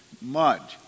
Mud